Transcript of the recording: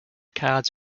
cards